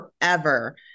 forever